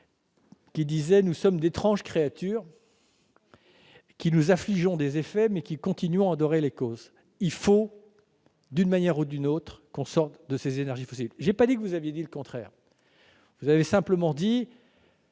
qui disait :« Nous sommes d'étranges créatures qui nous affligeons des effets dont nous continuons à adorer les causes. » D'une manière ou d'une autre, il faut que nous sortions des énergies fossiles !